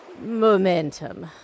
momentum